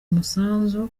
umusanzu